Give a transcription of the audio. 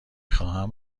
خواهم